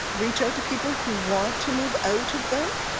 reach out to people who want to move out of them